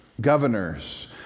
governors